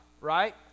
right